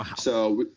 um so,